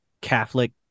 Catholic